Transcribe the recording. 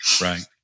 right